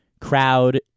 crowd